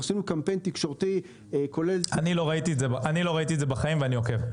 אנחנו עשינו קמפיין תקשורתי --- אני לא ראיתי את זה בחיים ואני עוקב.